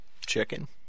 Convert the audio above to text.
chicken